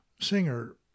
singer